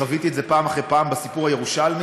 חוויתי את זה פעם אחרי פעם בסיפור הירושלמי,